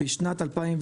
בשנת 2021